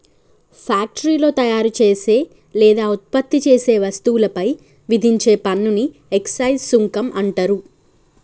ఫ్యాక్టరీలో తయారుచేసే లేదా ఉత్పత్తి చేసే వస్తువులపై విధించే పన్నుని ఎక్సైజ్ సుంకం అంటరు